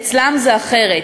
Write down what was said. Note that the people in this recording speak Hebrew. אצלם זה אחרת?